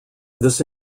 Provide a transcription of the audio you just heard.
this